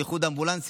של איחוד אמבולנסים,